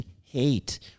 hate